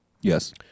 Yes